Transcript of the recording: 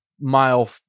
mile